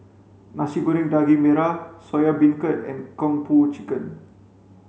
nasi goreng daging merah soya beancurd and kung po chicken